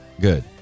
Good